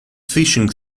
fishing